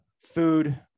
food